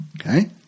Okay